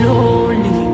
lonely